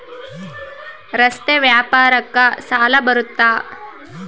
ರಸ್ತೆ ವ್ಯಾಪಾರಕ್ಕ ಸಾಲ ಬರುತ್ತಾ?